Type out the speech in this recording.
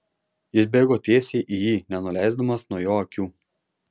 jis bėgo tiesiai į jį nenuleisdamas nuo jo akių